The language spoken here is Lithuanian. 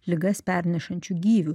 ligas pernešančių gyvių